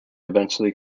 eventually